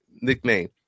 nickname